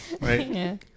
right